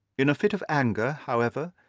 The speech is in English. in a fit of anger, however,